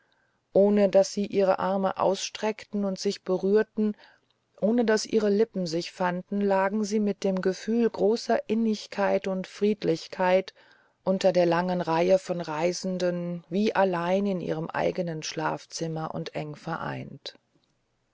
ohne daß sie ihre arme ausstreckten und sich berührten ohne daß ihre lippen sich fanden lagen sie mit dem gefühl großer innigkeit und friedlichkeit unter der langen reihe von reisenden wie allein in ihrem eigenen schlafzimmer und eng vereinigt